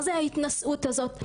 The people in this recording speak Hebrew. מה זה ההתנשאות הזאת?